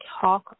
talk